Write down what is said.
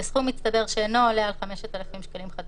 בסכום מצטבר שאינו עולה על 5,000 שקלים חדשים,